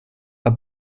are